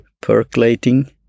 percolating